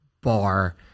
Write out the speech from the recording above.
bar